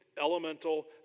elemental